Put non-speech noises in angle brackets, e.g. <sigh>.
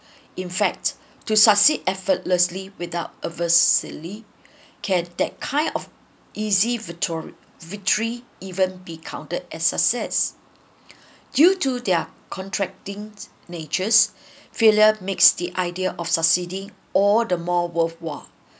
in fact to succeed effortlessly without averse silly <breath> can that kind of easy victory victory even be counted as success <breath> due to their contracting natures <breath> failure makes the idea of succeeding all the more worthwhile